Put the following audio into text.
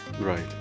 Right